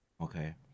okay